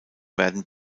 werden